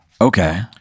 Okay